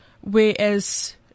Whereas